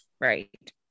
Right